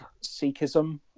sikhism